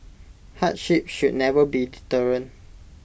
hardship should never be deterrent